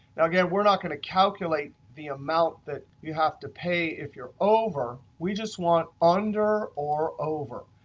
now again, we're not going to calculate the amount that you have to pay if you're over. we just want under or over.